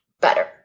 better